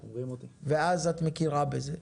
ואת מכירה בזה,